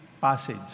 passage